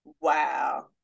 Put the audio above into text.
Wow